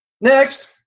next